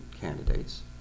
candidates